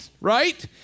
right